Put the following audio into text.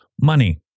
money